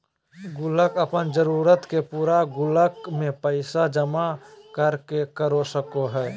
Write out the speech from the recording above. गुल्लक अपन जरूरत के पूरा गुल्लक में पैसा जमा कर के कर सको हइ